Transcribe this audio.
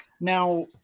Now